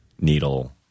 needle